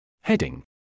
Heading